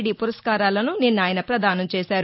D పురస్మారాలను నిన్న ఆయన ప్రదానం చేశారు